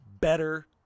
better